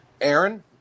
Aaron